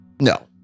No